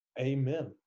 Amen